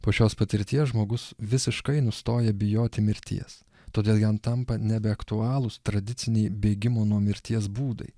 po šios patirties žmogus visiškai nustoja bijoti mirties todėl jam tampa nebeaktualūs tradiciniai bėgimo nuo mirties būdai